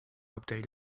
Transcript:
update